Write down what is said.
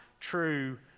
true